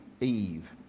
Eve